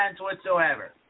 whatsoever